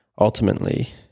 ultimately